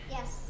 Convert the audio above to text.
Yes